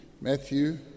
Matthew